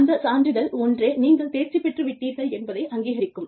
அந்த சான்றிதழ் ஒன்றே நீங்கள் தேர்ச்சி பெற்று விட்டீர்கள் என்பதை அங்கீகரிக்கும்